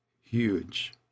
huge